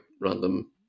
random